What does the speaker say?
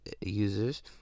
users